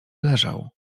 leżał